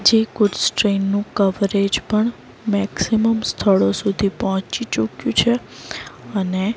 જે ગૂડ્સ ટ્રેનનું કવરેજ પણ મેક્સિમમ સ્થળો સુધી પહોંચી ચુક્યું છે અને